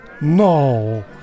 No